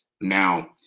Now